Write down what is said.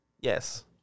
Yes